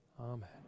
Amen